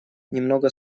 немного